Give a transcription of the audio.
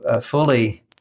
fully